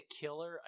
killer